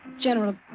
General